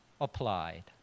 applied